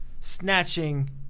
snatching